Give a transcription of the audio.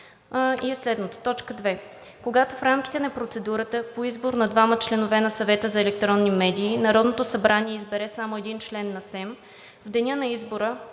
е следното: „т. 2. Когато в рамките на процедурата по избор на двама членове на Съвета за електронни медии Народното събрание избере само един член на СЕМ, в деня на избора